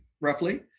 roughly